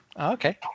okay